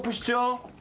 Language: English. ah show.